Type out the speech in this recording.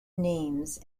names